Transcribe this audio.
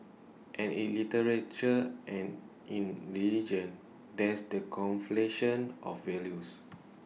and in literature and in religion there's the conflation of values